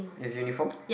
his uniform